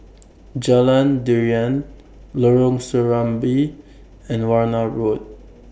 Jalan Durian Lorong Serambi and Warna Road